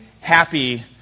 happy